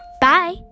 Bye